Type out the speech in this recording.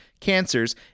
cancers